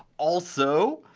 also,